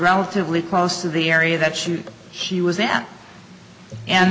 relatively close to the area that shoot she was at and